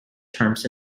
terms